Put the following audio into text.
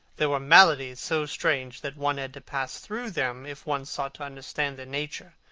there were maladies so strange that one had to pass through them if one sought to understand their nature.